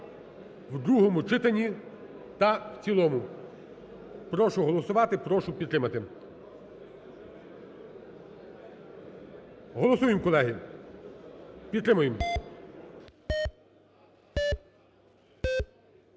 в другому читанні та в цілому. Прошу голосувати. Прошу підтримати. Голосуємо, колеги. Підтримуємо.